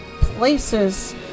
Places